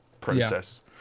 process